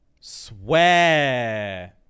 swear